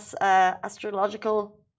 astrological